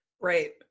Right